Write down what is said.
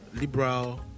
liberal